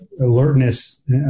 alertness